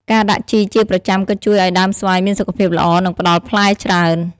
ការដាក់ជីជាប្រចាំក៏ជួយឲ្យដើមស្វាយមានសុខភាពល្អ និងផ្ដល់ផ្លែច្រើន។